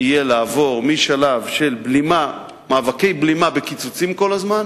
לעבור משלב של מאבקי בלימה בקיצוצים כל הזמן,